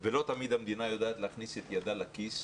ולא תמיד המדינה יודעת להכניס את ידה לכיס,